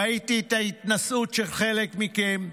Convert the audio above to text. ראיתי את ההתנשאות של חלק מכם,